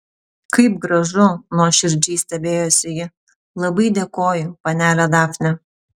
kaip gražu nuoširdžiai stebėjosi ji labai dėkoju panele dafne